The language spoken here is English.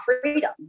freedom